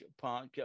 Park